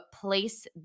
place